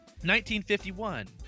1951